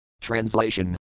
Translation